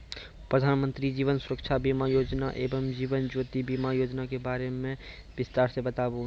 प्रधान मंत्री जीवन सुरक्षा बीमा योजना एवं जीवन ज्योति बीमा योजना के बारे मे बिसतार से बताबू?